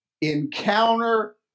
encounter